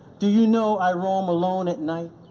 do you know i roam alone at night?